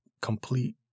complete